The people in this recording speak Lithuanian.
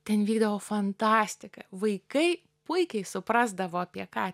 ten vykdavo fantastika vaikai puikiai suprasdavo apie ką